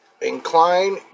Incline